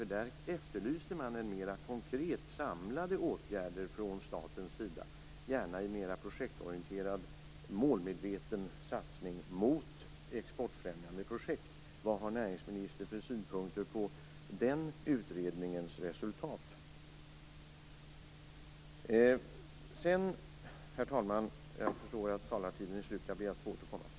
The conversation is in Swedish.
I rapporten efterlyste man mera konkreta och samlade åtgärder från statens sida, gärna en projektorienterad, målmedveten satsning mot exportfrämjande projekt. Vad har näringsministern för synpunkter på den här utredningens resultat? Herr talman! Jag förstår att taletiden är slut, men jag ber att få återkomma.